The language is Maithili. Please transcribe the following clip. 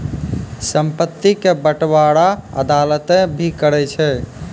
संपत्ति के बंटबारा अदालतें भी करै छै